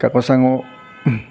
কাকচাংৰ